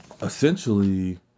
Essentially